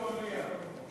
פה במליאה.